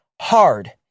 Hard